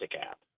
app